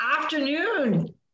afternoon